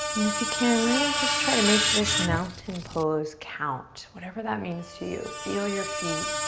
and if you can, really just try to make this mountain pose count. whatever that means to you. feel your feet.